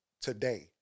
today